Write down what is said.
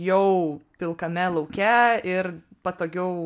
jau pilkame lauke ir patogiau